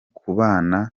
kubana